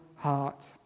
heart